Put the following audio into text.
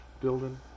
building